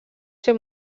ser